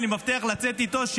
אני מבטיח לצאת איתו,